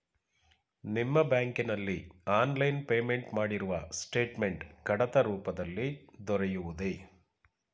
ನಿಮ್ಮ ಬ್ಯಾಂಕಿನಲ್ಲಿ online payment ಮಾಡಿರುವ ಸ್ಟೇಟ್ಮೆಂಟ್ ಕಡತ ರೂಪದಲ್ಲಿ ದೊರೆಯುವುದೇ?